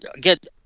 get